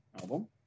album